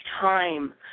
time